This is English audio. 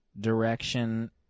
direction